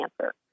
cancer